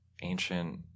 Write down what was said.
ancient